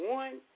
one